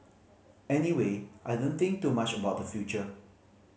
anyway I don't think too much about the future